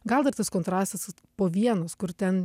gal dar tas kontrastas po vienos kur ten